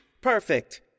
Perfect